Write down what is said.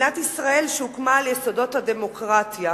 מדינת ישראל הוקמה על יסודות הדמוקרטיה,